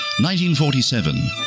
1947